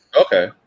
Okay